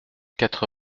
quatre